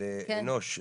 רוצה להגיד מילה ב"אנוש",